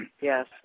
Yes